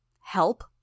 Help